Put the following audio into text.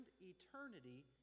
eternity